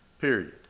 Period